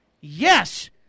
Yes